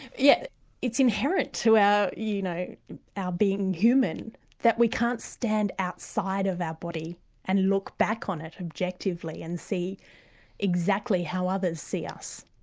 yeah it's inherent to our you know ah being human that we can't stand outside of our body and look back on it objectively, and see exactly how others see us,